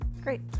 Great